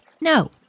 no